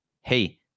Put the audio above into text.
hey